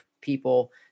people